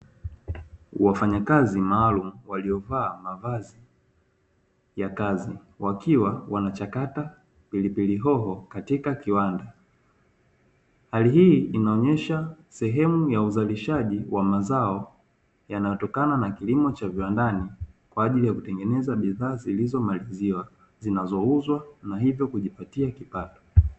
Wafanyakazi maalum waliovaa mavazi ya kazi wakiwa wanachakata nilipele hoho katika kiwanda, hali hii inaonyesha sehemu ya uzalishaji wa mazao yanayotokana na kilimo cha viwandani, kwa ajili ya kutengeneza bidhaa zilizomaliziwa zinazouzwa na hivyo kujipatia kipato.